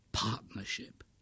Partnership